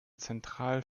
zentral